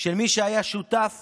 של מי שהיה שותף